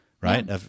Right